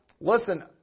listen